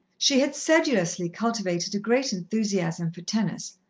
she had sedulously cultivated a great enthusiasm for tennis,